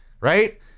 right